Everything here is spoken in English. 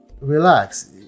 relax